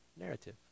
narrative